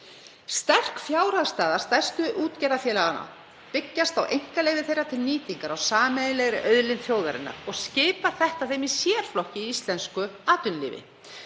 Sterk fjárhagsstaða stærstu útgerðarfélaganna byggist á einkaleyfi þeirra til nýtingar á sameiginlegri auðlind þjóðarinnar og skipar það þeim í sérflokk í íslensku atvinnulífi.